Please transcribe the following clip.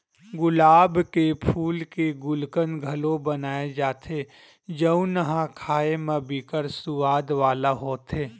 गुलाब के फूल के गुलकंद घलो बनाए जाथे जउन ह खाए म बिकट सुवाद वाला होथे